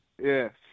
Yes